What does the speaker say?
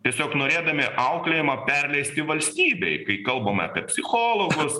tiesiog norėdami auklėjimą perleisti valstybei kai kalbame apie psichologus